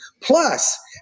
Plus